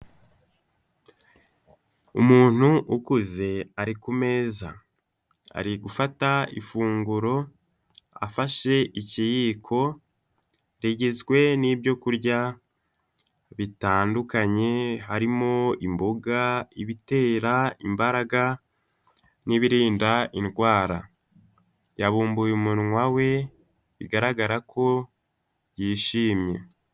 Umuntu ukuze ari ku meza, ari gufata ifunguro afashe ikiyiko, rigizwe n'ibyo kurya bitandukanye harimo imboga, ibitera imbaraga n'ibirinda indwara, yabumbuye umunwa we bigaragara ko yishimye.